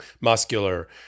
muscular